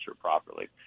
properly